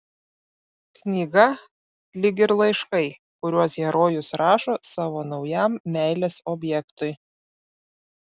knyga lyg ir laiškai kuriuos herojus rašo savo naujam meilės objektui